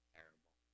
Terrible